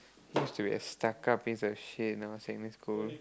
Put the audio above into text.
used to be a stuck up piece of shit when I was in secondary school